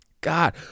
God